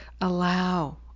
allow